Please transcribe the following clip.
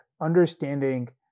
understanding